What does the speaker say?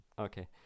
okay